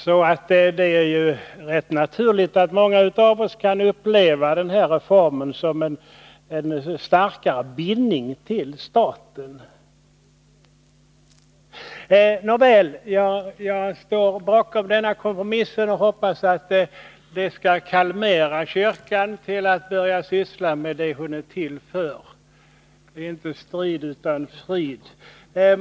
Rätt naturligt kan många av oss uppleva den aktuella reformen som en starkare bindning till staten. Nåväl, jag står bakom denna kompromiss och hoppas att det här skall kalmera kyrkan till att börja syssla med det som kyrkan är till för — inte strid utan frid.